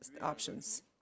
options